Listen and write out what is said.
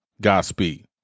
Godspeed